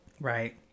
Right